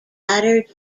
latter